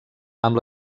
amb